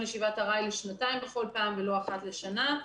ישיבת ארעי לשנתיים בכל פעם ולא אחת לשנה.